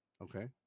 Okay